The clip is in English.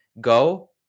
go